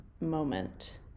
moment